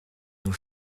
nos